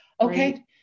Okay